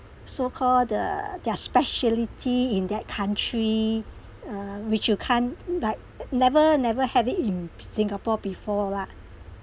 so call the their speciality in that country uh which you can't like never never have it in singapore before lah